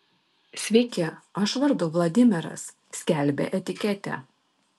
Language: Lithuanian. sveiki aš vardu vladimiras skelbia etiketė